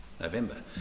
November